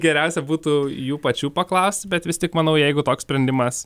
geriausia būtų jų pačių paklausti bet vis tik manau jeigu toks sprendimas